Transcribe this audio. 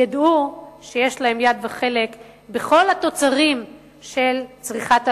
ידעו שיש להם יד וחלק בכל התוצרים של צריכת אלכוהול,